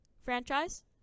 franchise